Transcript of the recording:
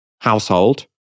household